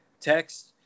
text